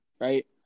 right